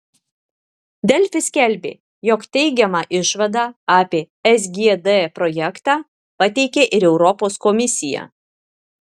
delfi skelbė jog teigiamą išvadą apie sgd projektą pateikė ir europos komisija